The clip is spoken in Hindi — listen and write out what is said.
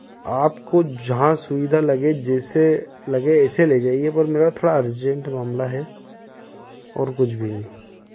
आपको जहाँ सुविधा लगे जैसे लगे ऐसे ले जाइए पर मेरा थोड़ा अर्जेंट मामला है और कुछ भी नहीं है